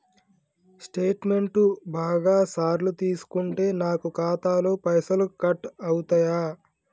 Statement బాగా సార్లు తీసుకుంటే నాకు ఖాతాలో పైసలు కట్ అవుతయా?